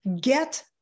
get